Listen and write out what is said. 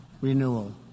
renewal